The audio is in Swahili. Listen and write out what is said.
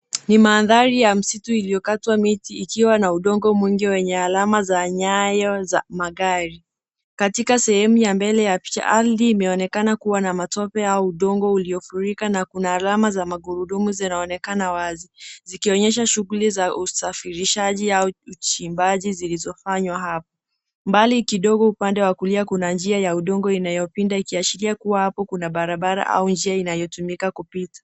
Ni maanthari ya misitu iliyokatwa miti ikiwa na udongo mwingi wenye alama za nyayo za magari. Katika sehemu mbele ya picha, ardhi inaonekana kuwa na matope au udongo uliofurika na kuna alama za magurudumu zinaonekana wazi zikionyesha shughuli za usafirishaji au uchimbaji zilizofanywa hapa. Mbali kidogo upande wa kulia kuna njia ya udongo inayopinda ikiashiria kuwa hapo kuna barabara au njia inayotumika kupita.